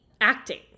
acting